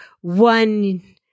one